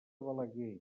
balaguer